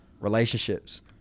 Relationships